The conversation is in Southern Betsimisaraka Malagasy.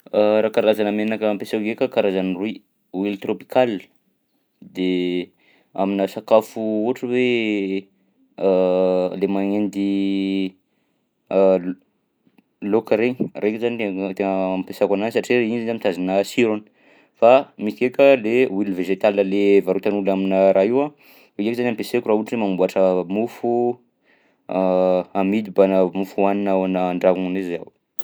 Raha karazana menaka ampiasaiko ndraika karazana roy: huile tropical de aminà sakafo ohatra hoe le magnendy l- laoka regny, iregny zany tegna ampiasako anazy satria iny zany mitazona sirony fa misy ndraika le huile végétale lay varotan'olona aminà raha io a, de iny zany ampiasaiko raha ohatra hoe mamboatra mofo amidy mbanà mofo hohanina ao ana- an-dragnonay zao.